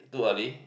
too early